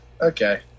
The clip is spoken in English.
Okay